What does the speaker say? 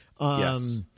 Yes